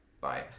Bye